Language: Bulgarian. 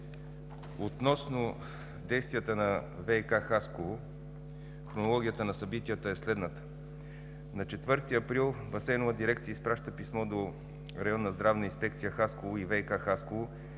Относно действията на ВиК – Хасково хронологията на събитията е следната. На 4 април Басейнова дирекция изпраща писмо до Районна здравна инспекция – Хасково и ВиК – Хасково